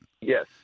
Yes